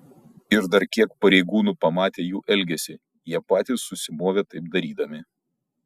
ir dar kiek pareigūnų pamatė jų elgesį jie patys susimovė taip darydami